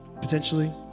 potentially